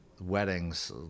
weddings